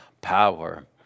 power